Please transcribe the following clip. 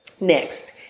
Next